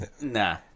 nah